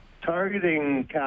targeting